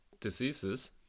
diseases